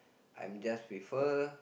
I'm just with her